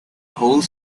whole